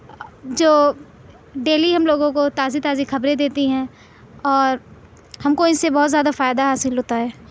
جو ڈیلی ہم لوگوں کو تازی تازی خبریں دیتی ہیں اور ہم کو اس سے بہت زیادہ فائدہ حاصل ہوتا ہے